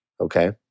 okay